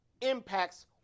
impacts